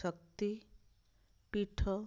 ଶକ୍ତି ପୀଠ